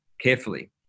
carefully